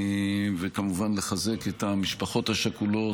וכמובן לחזק את המשפחות השכולות,